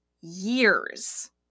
years